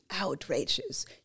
outrageous